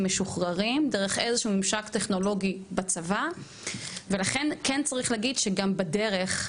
משוחררים וממשק טכנולוגי בצבא ולכן כן צריך להגיד שגם בדרך,